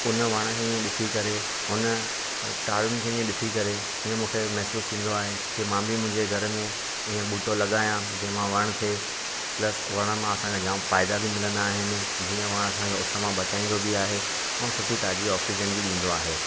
उन वण खे हीअं ॾिसी करे हुन तारुनि खे इअं ॾिसी करे इअं मूंखे महिसूसु थींदो आहे की मां बि मुंहिंजे घर में इअं ॿूटो लॻायां जंहिंमां वणु थिए प्लस वण मां असांखे जामु फ़ाइदा बि मिलंदा आहिनि ऐं जीअं वण असांखे उस मां बचाईंदो बि आहे ऐं सुठी ताज़ी ऑक्सीजन बि ॾींदो आहे